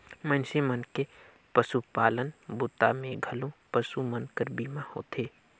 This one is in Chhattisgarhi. मइनसे मन के पसुपालन बूता मे घलो पसु मन कर बीमा होथे